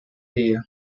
día